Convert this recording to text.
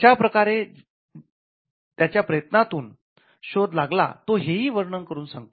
कश्या प्रकारे त्याच्या प्रयत्नातून शोध लागला तो हे ही वर्णन करून सांगतो